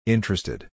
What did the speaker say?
Interested